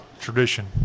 tradition